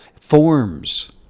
forms